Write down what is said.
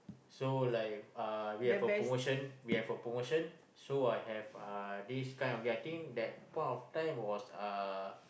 so like uh we have a portion we have a portion so I have uh this kind of getting that point of time was uh